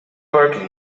berkeley